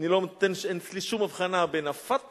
אין אצלי שום הבחנה בין ה"פתח"